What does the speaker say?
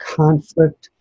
conflict